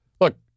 look